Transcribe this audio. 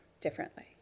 differently